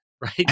right